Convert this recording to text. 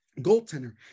goaltender